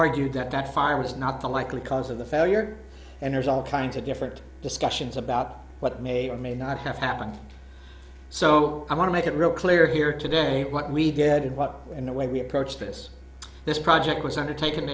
argued that fire was not the likely cause of the failure and there's all kinds of different discussions about what may or may not have happened so i want to make it real clear here today what we did what and the way we approach this this project was under